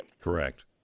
Correct